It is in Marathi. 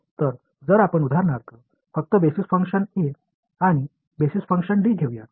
तर जर आपण उदाहरणार्थ फक्त बेसिस फंक्शन a आणि बेसिस फंक्शन d घेऊया